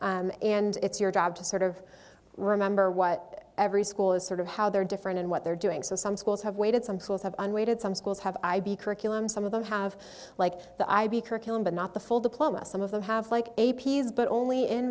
and it's your job to sort of remember what every school is sort of how they're different and what they're doing so some schools have waited some schools have waited some schools have ib curriculum some of them have like the ib curriculum but not the full diploma some of them have like a p is but only in